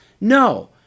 No